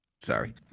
Sorry